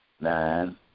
nine